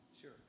Sure